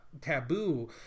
taboo